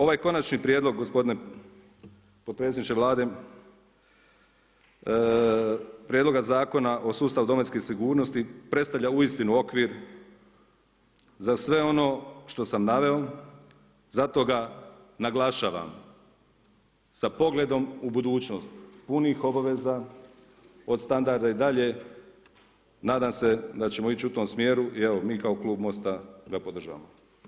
Ovaj konačni prijedlog gospodine potpredsjedniče Vlade, Prijedloga Zakona o sustavu Domovinske sigurnosti predstavlja uistinu okvir za sve ono što sam naveo za toga naglašavam sa pogledom u budućnost, punih obaveza od standarda i dalje, nadam se da ćemo ići u tom smjeru i evo, mi kao Klub MOST-a ga podržavamo.